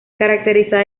caracterizada